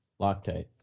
Loctite